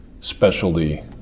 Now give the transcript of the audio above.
specialty